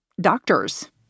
doctors